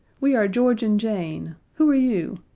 we are george and jane who are you?